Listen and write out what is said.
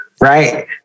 right